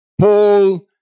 Paul